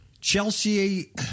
Chelsea